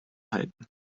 halten